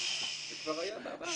זה כבר היה בעבר.